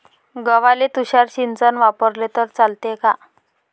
गव्हाले तुषार सिंचन वापरले तर चालते का?